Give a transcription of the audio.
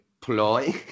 ploy